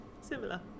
similar